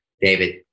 David